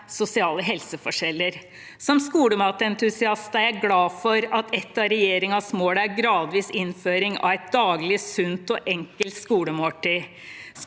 sosiale helseforskjeller. Som skolematentusiast er jeg glad for at et av regjeringens mål er gradvis innføring av et daglig, sunt og enkelt skolemåltid.